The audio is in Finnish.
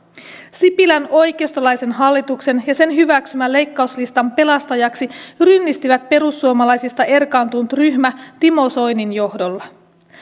sipilän oikeistolaisen hallituksen ja sen hyväksymän leikkauslistan pelastajiksi rynnisti perussuomalaisista erkaantunut ryhmä timo soinin johdolla